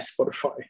Spotify